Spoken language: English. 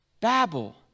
babble